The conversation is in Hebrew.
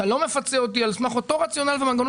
אתה לא מפצה אותי על סמך אותו רציונל ומנגנון